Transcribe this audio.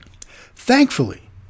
Thankfully